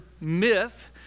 myth